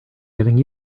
getting